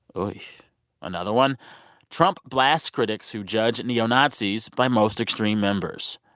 ah another one trump blasts critics who judge neo-nazis by most extreme members.